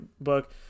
book